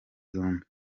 zombi